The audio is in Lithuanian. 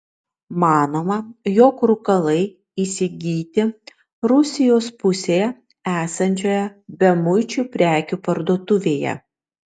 manoma jog rūkalai įsigyti rusijos pusėje esančioje bemuičių prekių parduotuvėje